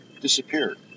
disappeared